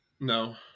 no